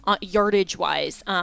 yardage-wise